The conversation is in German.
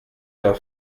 der